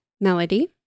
Melody